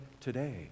today